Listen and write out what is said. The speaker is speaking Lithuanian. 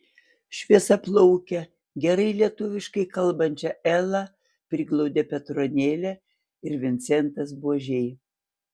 šviesiaplaukę gerai lietuviškai kalbančią elą priglaudė petronėlė ir vincentas buožiai